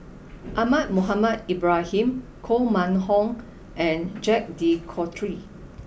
Ahmad Mohamed Ibrahim Koh Mun Hong and Jacques de Coutre